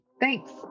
Thanks